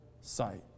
sight